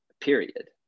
period